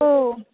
हो